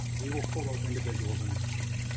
we will pull those individuals in the schools.